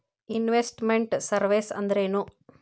Invest made services ಅಂದ್ರೇನು?